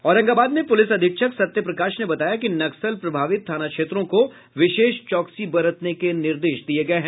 औरंगाबाद में पुलिस अधीक्षक सत्यप्रकाश ने बताया कि नक्सल प्रभावित थाना क्षेत्रों को विशेष चौकसी बरतने के निर्देश दिये गये हैं